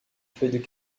feuilles